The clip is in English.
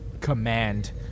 command